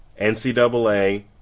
NCAA